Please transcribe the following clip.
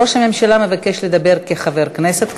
ראש הממשלה מבקש לדבר כחבר כנסת כרגע,